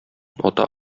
ата